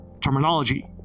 terminology